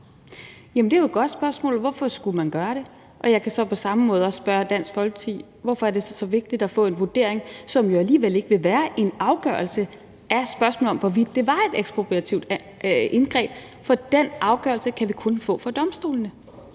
det er jo et godt spørgsmål – hvorfor skulle man gøre det? Og jeg kan så på samme måde spørge Dansk Folkeparti: Hvorfor er det så så vigtigt at få en vurdering, som alligevel ikke vil være en afgørelse, af spørgsmålet om, hvorvidt det var et ekspropriativt indgreb? For den afgørelse kan vi kun få fra domstolene;